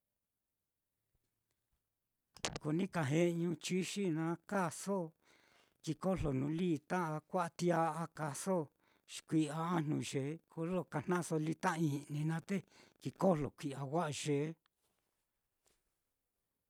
ko ni ka u chixi na kaaso, ki kojlo nuu lita a kua'a tia'a kaaso, xi kui'ya ajnu yee, kolo kajnaso lita i'ni naá te kikojlo kui'ya wa'a yee.